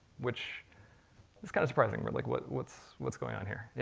which is kind of surprising. we're like, what's what's what's going on here? yeah